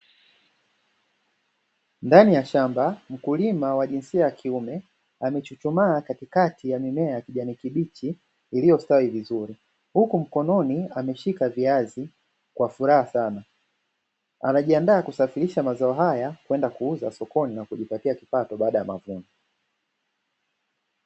Ndani ya shamba mkulima wa jinsia ya kiume, amechuchumaa katikati ya mimea ya kijani kibichi iliyostawi vizuri, huku mkononi ameshika viazi kwa furaha sana, anajiandaa kusafirisha mazao haya kwenda kuuza sokoni, na kujipatia kipato baada ya mavuno.